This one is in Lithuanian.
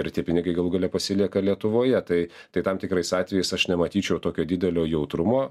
ir tie pinigai galų gale pasilieka lietuvoje tai tai tam tikrais atvejais aš nematyčiau tokio didelio jautrumo